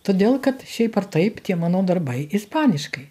todėl kad šiaip ar taip tie mano darbai ispaniškai